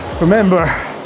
remember